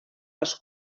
les